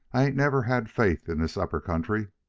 i ain't never had faith in this upper country.